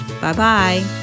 Bye-bye